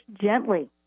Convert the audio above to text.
gently